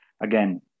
again